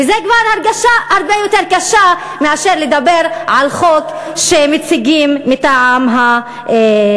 וזו כבר הרגשה הרבה יותר קשה מאשר לדבר על חוק שמציגים מטעם הקואליציה.